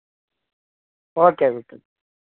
okay okay